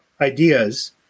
ideas